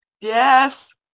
Yes